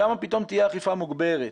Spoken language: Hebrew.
שם פתאום תהיה אכיפה מוגברת.